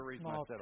small